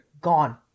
gone